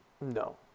No